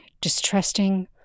distrusting